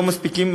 לא מספיקים,